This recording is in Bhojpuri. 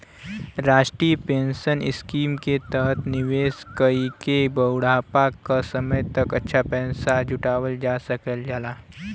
राष्ट्रीय पेंशन स्कीम के तहत निवेश कइके बुढ़ापा क समय तक अच्छा पैसा जुटावल जा सकल जाला